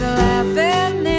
laughing